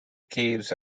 caves